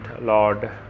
Lord